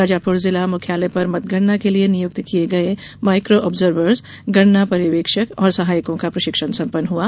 शाजापुर जिला मुख्यालय पर मतगणना के लिये नियुक्त किये गये माइको आब्जरवर्स गणना पर्यवेक्षक और सहायकों का प्रशिक्षण संपन्न हुआ